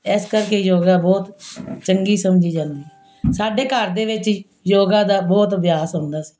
ਇਸ ਕਰਕੇ ਯੋਗਾ ਬਹੁਤ ਚੰਗੀ ਸਮਝੀ ਜਾਂਦੀ ਹੈ ਸਾਡੇ ਘਰ ਦੇ ਵਿੱਚ ਯੋਗਾ ਦਾ ਬਹੁਤ ਅਭਿਆਸ ਹੁੰਦਾ ਸੀ